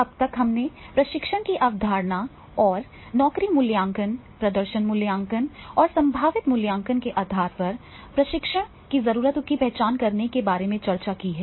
अब तक हमने प्रशिक्षण की अवधारणा और नौकरी मूल्यांकन प्रदर्शन मूल्यांकन और संभावित मूल्यांकन के आधार पर प्रशिक्षण की जरूरतों की पहचान करने के बारे में चर्चा की है